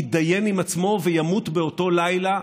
יתדיין עם עצמו וימות באותו לילה.